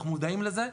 אנחנו מודעים לזה.